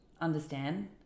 understand